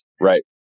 right